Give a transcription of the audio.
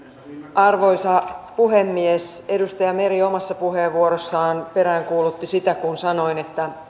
arvoisa puhemies edustaja meri omassa puheenvuorossaan peräänkuulutti sitä kun sanoin että